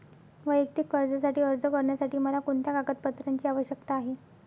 वैयक्तिक कर्जासाठी अर्ज करण्यासाठी मला कोणत्या कागदपत्रांची आवश्यकता आहे?